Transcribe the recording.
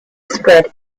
spread